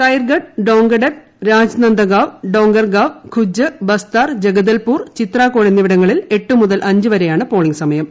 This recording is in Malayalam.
കൈർഗഡ് ഡോംഗഗഡ് രാജ്നന്ദഗാവ് ഡേംഗർഗാവ് ഖുജ്ജ് ബസ്താർ ജഗദൽപൂർ ചിത്രാകോട് എന്നിവിടങ്ങളിൽ എട്ട് മുത്തൂർ അഞ്ച് വരെയാണ് പോളിംഗ് സമയം